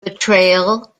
betrayal